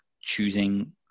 choosing